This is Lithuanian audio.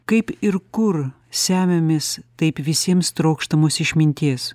kaip ir kur semiamės taip visiems trokštamos išminties